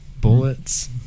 bullets